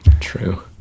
True